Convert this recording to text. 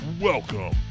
Welcome